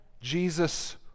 Jesus